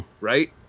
right